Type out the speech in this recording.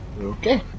Okay